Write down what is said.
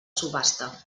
subhasta